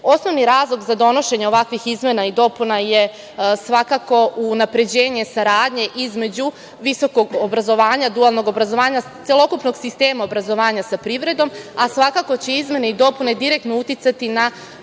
razlog za donošenje ovakvih izmena i dopuna je svakako unapređenje saradnje između visokog obrazovanja, dualnog obrazovanja, celokupnog sistema obrazovanja sa privredom, a svakako će izmene i dopune direktno uticati na